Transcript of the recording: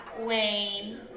Wayne